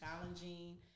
challenging